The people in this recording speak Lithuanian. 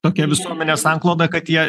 tokia visuomenės sankloda kad jei